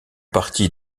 partie